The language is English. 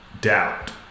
Doubt